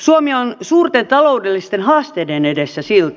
suomi on suurten taloudellisten haasteiden edessä silti